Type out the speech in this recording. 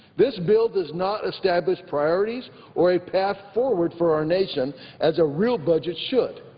this bill does not establish priorities or a path forward for our nation as a real budget should.